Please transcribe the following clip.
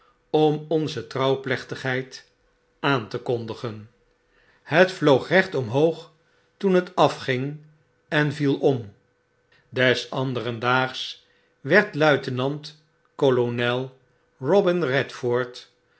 om onze trouwplechtigheid aan te kondigen het vloog recht omhoog toen het afging en viel om des anderendaags werd luitenant kolonel robin